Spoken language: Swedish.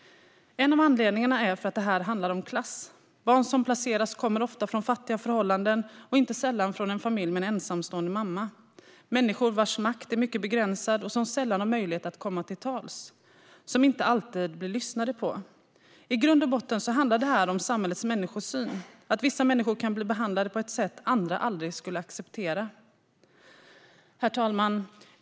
En av anledningarna är att det handlar om klass. Barn som placeras kommer ofta från fattiga förhållanden och inte sällan från en familj med en ensamstående mamma. Det är människor vars makt är mycket begränsad och som sällan har möjlighet att komma till tals och inte alltid blir lyssnade på. I grund och botten handlar detta om samhällets människosyn, att vissa människor kan bli behandlade på ett sätt som andra aldrig skulle acceptera. Herr talman!